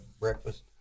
breakfast